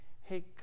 Hey